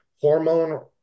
hormone